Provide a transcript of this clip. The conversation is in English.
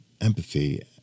empathy